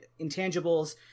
intangibles